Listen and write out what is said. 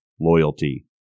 loyalty